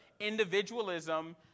individualism